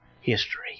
history